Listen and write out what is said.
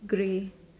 grey